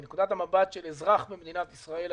מנקודת המבט של אזרח במדינת ישראל,